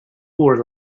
were